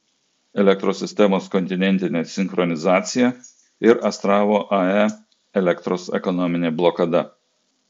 elektros sistemos kontinentinė sinchronizacija ir astravo ae elektros ekonominė blokada